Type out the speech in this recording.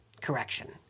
correction